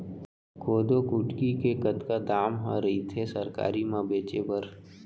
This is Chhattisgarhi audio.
कोदो कुटकी के कतका दाम ह रइथे सरकारी म बेचे बर?